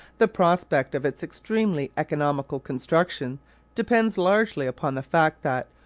the prospect of its extremely economical construction depends largely upon the fact that,